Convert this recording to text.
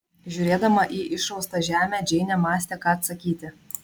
žiūrėdama į išraustą žemę džeinė mąstė ką atsakyti